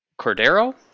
Cordero